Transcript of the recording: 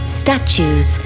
statues